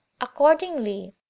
Accordingly